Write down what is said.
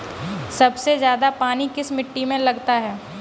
सबसे ज्यादा पानी किस मिट्टी में लगता है?